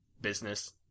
business